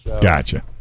Gotcha